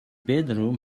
bedroom